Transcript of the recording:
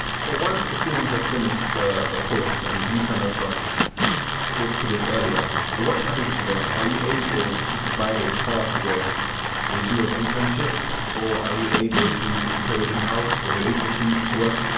so once the students have finished the the course, and you kind of um spoke to this earlier, what happens to them? are you able to provide a path where they do an internship or are you able to employee them in-house for your agency work?